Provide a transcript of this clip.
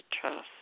trust